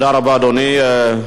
תודה רבה, אדוני.